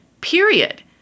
period